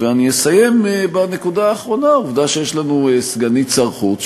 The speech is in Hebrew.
ואני אסיים בנקודה הזאת: העובדה שיש לנו סגנית שר החוץ,